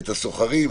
את הסוחרים,